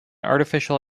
artificial